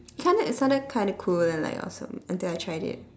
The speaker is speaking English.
kinda sounded kinda cool and like awesome until I tried it